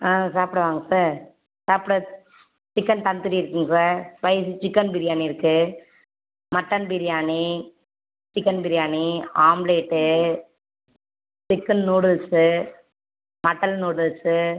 ஆ சாப்பிட வாங்க சார் சாப்பிட சிக்கன் தந்துரி இருக்குங்க சார் ஸ்பைசி சிக்கன் பிரியாணி இருக்கு mutton biryani chicken biryani omelette chicken noodles mutton noodles